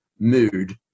Mood